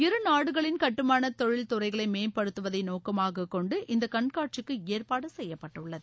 இரு நாடுகளின் கட்டுமானத் தொழில் துறைகளை மேம்படுத்துவதை நோக்கமாகக் கொண்டு இந்த கண்காட்சிக்கு ஏற்பாடு செய்யப்பட்டுள்ளது